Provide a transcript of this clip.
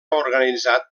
organitzat